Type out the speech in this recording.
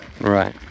right